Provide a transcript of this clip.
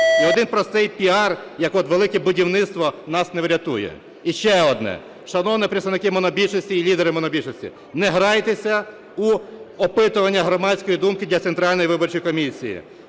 І один простий піар, як от "Велике будівництво", нас не врятує. І ще одне. Шановні представники монобільшості і лідери монобільшості, не грайтеся в опитування громадської думки для Центральної виборчої комісії.